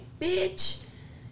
bitch